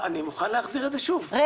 אני מוכן להחזיר את זה שוב, את השקף.